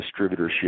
distributorship